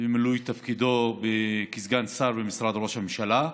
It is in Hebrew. במילוי תפקידו כסגן שר במשרד ראש הממשלה.